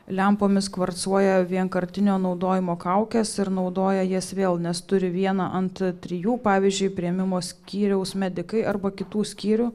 lempomis kvarcuoja vienkartinio naudojimo kaukes ir naudoja jas vėl nes turi vieną ant trijų pavyzdžiui priėmimo skyriaus medikai arba kitų skyrių